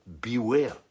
beware